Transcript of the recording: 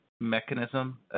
mechanism